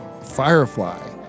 Firefly